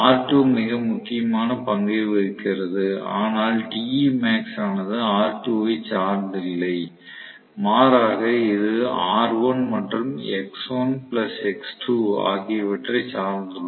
R2 மிக முக்கியமான பங்கை வகிக்கிறது ஆனால் Temax ஆனது R2 ஐ சார்ந்து இல்லை மாறாக இது R1 மற்றும் X1 X2 ஆகியவற்றைப் சார்ந்துள்ளது